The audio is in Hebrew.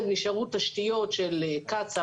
נשארו תשתיות של קצא"א,